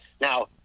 Now